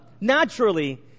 naturally